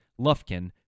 Lufkin